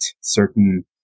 certain